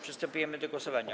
Przystępujemy do głosowania.